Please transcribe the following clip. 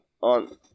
on